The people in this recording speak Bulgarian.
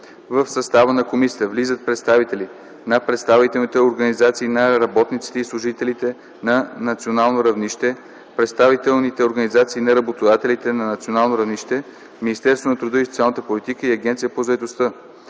В състава на комисията влизат представители на представителните организации на работниците и служителите на национално равнище, представителните организации на работодателите на национално равнище, Министерството на труда и социалната политика и Агенцията по заетостта.